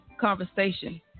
conversation